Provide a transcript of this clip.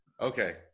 Okay